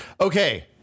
Okay